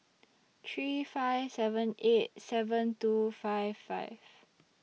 three five seven eight seven two five five